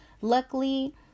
Luckily